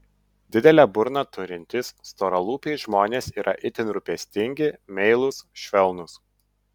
didelę burną turintys storalūpiai žmonės yra itin rūpestingi meilūs švelnūs